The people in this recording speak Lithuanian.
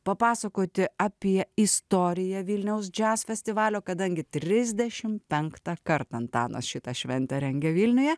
papasakoti apie istoriją vilniaus jazz festivalio kadangi trisdešimt penktą kartą antanas šitą šventę rengia vilniuje